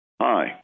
Hi